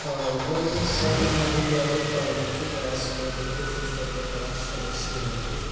آ یوٚتانۍ زَن سانہِ ماحولیاتُک تعلُق چھُ خاص کَر بِلخصوٗص کَرٕ بہٕ کَتھ شہرِ سرینَگرٕچ